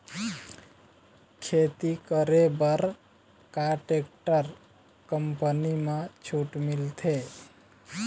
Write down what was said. खेती करे बर का टेक्टर कंपनी म छूट मिलथे?